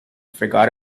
forgot